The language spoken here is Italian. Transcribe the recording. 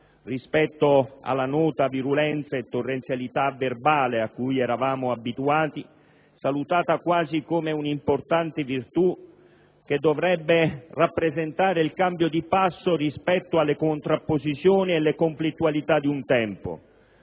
rispetto alla nota virulenza e torrenzialità verbale a cui eravamo abituati, salutata quasi come una importante virtù, che dovrebbe rappresentare il cambio di passo rispetto alle contrapposizioni e alle conflittualità di un tempo.